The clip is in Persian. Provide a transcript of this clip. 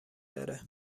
داره